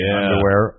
underwear